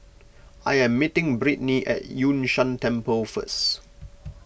I am meeting Brittnie at Yun Shan Temple first